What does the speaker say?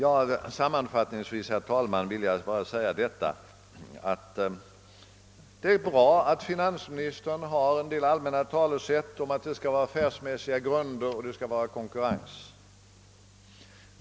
Sammanfattningsvis vill jag säga att det är bra att finansministern använder allmänna talesätt om = affärsmässiga grunder och konkurrens.